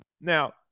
Now